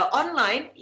online